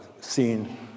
seen